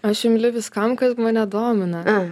aš imli viskam kas mane domina